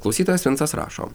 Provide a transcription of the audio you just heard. klausytojas vincas rašo